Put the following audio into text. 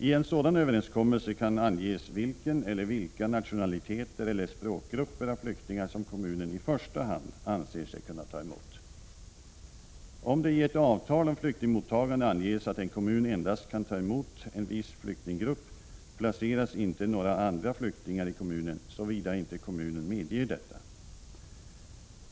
I en sådan överenskommelse kan anges vilken eller vilka nationaliteter eller vilka språkgrupper av flyktingar som kommunen i första hand anser sig kunna ta emot. Om det i ett avtal om flyktingmottagande anges att en kommun endast kan ta emot en viss flyktinggrupp placeras inte några andra flyktingar i kommunen såvida inte kommunen medger detta.